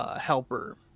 Helper